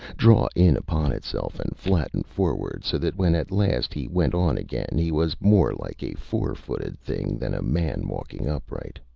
draw in upon itself and flatten forward, so that when at last he went on again he was more like a four-footed thing than a man walking upright.